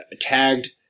tagged